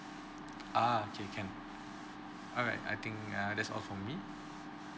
ah okay can alright I think ya that's all for me